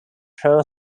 pro